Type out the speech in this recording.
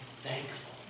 thankful